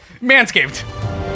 Manscaped